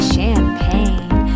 Champagne